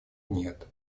нет